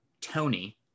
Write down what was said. Tony